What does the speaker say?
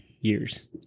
years